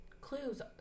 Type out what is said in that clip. clues